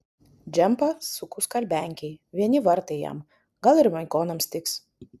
džempą suku skalbenkėj vieni vartai jam gal ir maikonams tiks